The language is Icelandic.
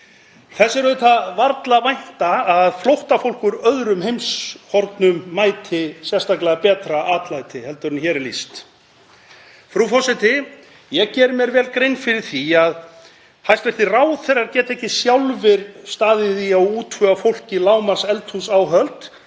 Þess er auðvitað varla að vænta að flóttafólk úr öðrum heimshornum mæti sérstaklega betra atlæti en hér er lýst. Frú forseti. Ég geri mér vel grein fyrir því að hæstv. ráðherrar geta ekki sjálfir staðið í að útvega fólki lágmarkseldhúsáhöld.